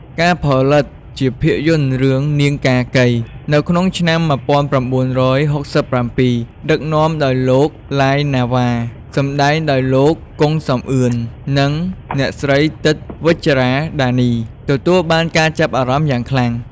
ការផលិតជាភាពយន្តនៃរឿង "នាងកាកី" នៅក្នុងឆ្នាំ ១៩៦៧ ដឹកនាំដោយលោក ឡាយ ណាវ៉ា សម្តែងដោយលោក គង់ សំអឿន និងអ្នកស្រី ទិត្យ វិជ្ជរ៉ាដានី ទទួលបានការចាប់អារម្មណ៍យ៉ាងខ្លាំង។